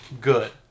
good